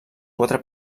quatre